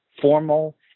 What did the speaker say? formal